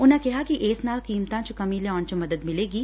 ਉਨੂਾ ਕਿਹਾ ਕਿ ਇਸ ਨਾਲ ਕੀਮਤਾਂ ਚ ਕਮੀ ਲਿਆਉਣ ਚ ਮਦਦ ਮਿਲੇਗੀ